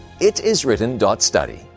itiswritten.study